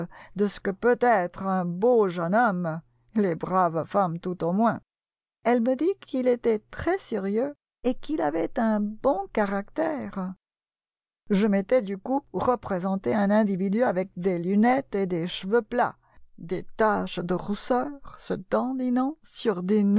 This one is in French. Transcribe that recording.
de ce que peut être un beau jeune homme les braves femmes tout au moins elle me dit qu'il était très sérieux et qu'il avait un bon caractère je m'étais du coup représenté un individu avec des lunettes et des cheveux plats des taches de rousseur se dandinant sur